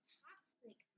toxic